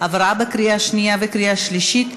התקבלה בקריאה שנייה ובקריאה שלישית,